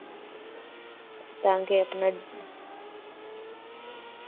तां के अपने